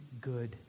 good